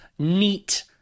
neat